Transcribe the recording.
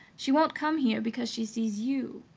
she won't come here because she sees you.